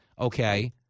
okay